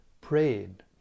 prayed